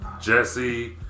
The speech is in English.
Jesse